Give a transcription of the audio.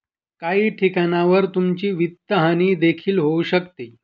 काही ठिकाणांवर तुमची वित्तहानी देखील होऊ शकते